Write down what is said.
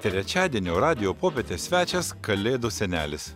trečiadienio radijo popietės svečias kalėdų senelis